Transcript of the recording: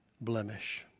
blemish